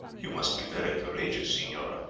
you must be very courageous, signora,